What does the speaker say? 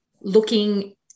looking